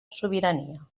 sobirania